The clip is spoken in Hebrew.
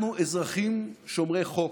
אנחנו אזרחים שומרי חוק,